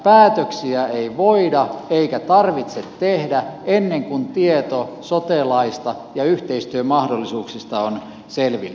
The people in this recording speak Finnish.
päätöksiä ei voida eikä tarvitse tehdä ennen kuin tieto sote laista ja yhteistyömahdollisuuksista on selvillä